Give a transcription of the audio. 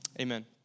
amen